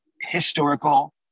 historical